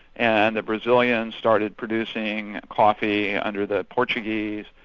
and the brazilians started producing coffee under the portuguese,